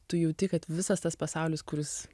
tu jauti kad visas tas pasaulis kuris